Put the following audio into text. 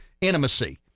intimacy